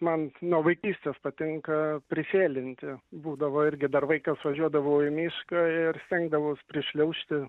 man nuo vaikystės patinka prisėlinti būdavo irgi dar vaikas važiuodavau į mišką ir stengdavaus prišliaužti